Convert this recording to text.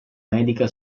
medica